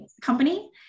company